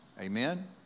Amen